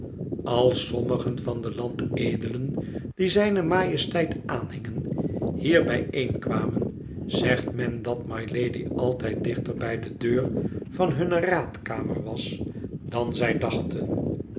als sommigen van de landedelen die zijne majesteit aanhingen hier bijeenkwamen zegt men dat mylady altijd dichter bij de deur van hunne raadkamer was dan zij dachten